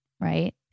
right